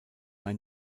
ein